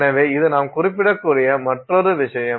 எனவே இது நாம் குறிப்பிடக்கூடிய மற்றொரு விஷயம்